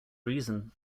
reason